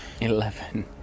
Eleven